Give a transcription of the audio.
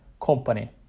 company